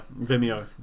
Vimeo